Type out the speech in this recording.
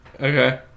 Okay